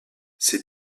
ses